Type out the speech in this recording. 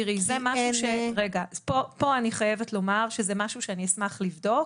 תראי זה משהו שפה אני חייבת לומר שזה משהו שאני אשמח לבדוק.